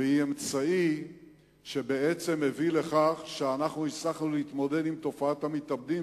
והיא אמצעי שבעצם הביא לכך שאנחנו הצלחנו להתמודד עם תופעת המתאבדים,